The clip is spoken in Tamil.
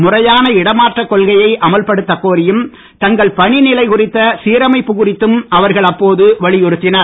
முறையான இடமாற்ற கொள்கையை அமல்படுத்தக் கோரியும் தங்கள் பணி நிலை குறித்த சீரமைப்பு குறித்தும் அவர்கள் அப்போது வலியுறுத்தினார்கள்